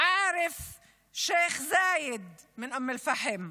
עארף שייח' זאיד מאום אל-פחם,